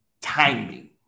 timing